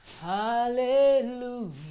Hallelujah